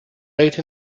late